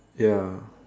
ya